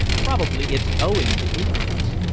probably it's owing to ignorance.